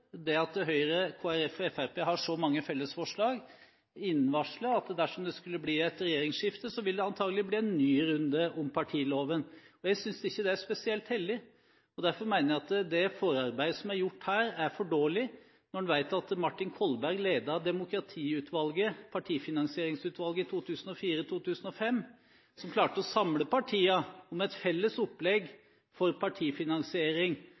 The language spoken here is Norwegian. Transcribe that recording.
Det at Høyre, Kristelig Folkeparti og Fremskrittspartiet har så mange felles forslag, innvarsler at dersom det skulle bli et regjeringsskifte, ville det antagelig bli en ny runde om partiloven. Jeg synes ikke det er spesielt heldig, og derfor mener jeg at det forarbeidet som er gjort her, er for dårlig. Når en vet at Martin Kolberg var med i Partifinansieringsutvalget i 2004–2005, som klarte å samle partiene om et felles opplegg for partifinansiering,